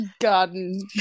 garden